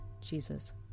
Jesus